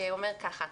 שאומר ככה: